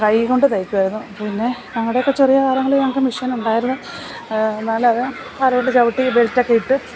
കൈ കൊണ്ട് തയ്ക്കുമായിരുന്നു പിന്നെ ഞങ്ങളുടെ ഒക്കെ ചെറിയ കാലങ്ങളിൽ ഞങ്ങൾക്ക് മെഷീൻ ഉണ്ടായിരുന്നു എന്നാൽ അത് കാൽ കൊണ്ട് ചവിട്ടി ബെല്റ്റ് ഒക്കെ ഇട്ട്